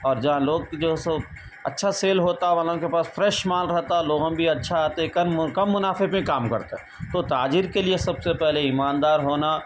اور جہاں لوگ جو ہے سو اچھا سیل ہوتا والوں کے پاس فریش مال رہتا لوگاں بھی اچھا آتے کم منافع پہ کام کرتے تو تاجر کے لیے سب سے پہلے ایماندار ہونا